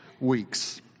weeks